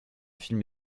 film